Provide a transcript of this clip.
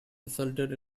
resulted